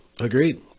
Agreed